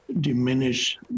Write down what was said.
diminish